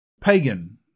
pagan